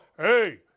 hey